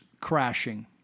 crashing